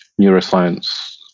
neuroscience